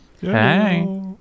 Hey